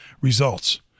Results